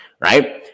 right